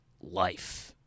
life